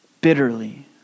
bitterly